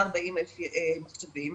140,000 מחשבים,